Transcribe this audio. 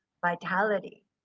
vitality